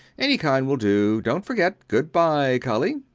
any kind will do. dont forget. good-bye, colly.